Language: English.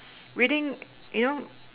reading you know